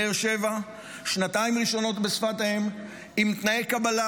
באר שבע, שנתיים ראשונות בשפת האם, עם תנאי קבלה